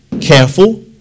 careful